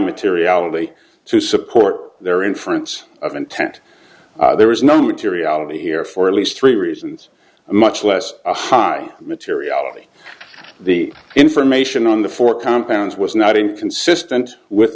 materiality to support their inference of intent there is no materiality here for at least three reasons a much less a high materiality the information on the four compounds was not inconsistent with